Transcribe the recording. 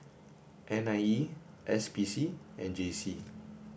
N I E S P C and J C